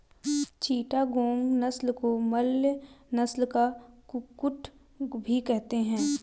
चिटागोंग नस्ल को मलय नस्ल का कुक्कुट भी कहते हैं